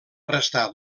arrestar